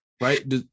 right